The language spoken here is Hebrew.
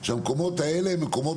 שהמקומות האלה הם מקומות